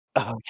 Okay